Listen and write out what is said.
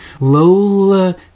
Lola